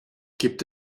gibt